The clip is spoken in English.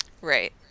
Right